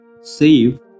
save